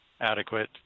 adequate